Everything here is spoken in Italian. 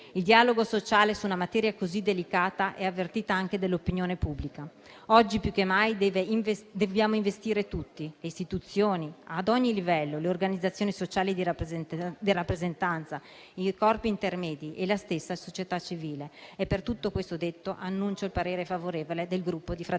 Il dialogo sociale su una materia così delicata è avvertito anche dall'opinione pubblica. Oggi più che mai dobbiamo investire tutti: le istituzioni, ad ogni livello, le organizzazioni sociali di rappresentanza, i corpi intermedi e la stessa società civile. Per tutte queste ragioni, annuncio il parere favorevole del Gruppo Fratelli